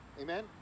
amen